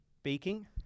speaking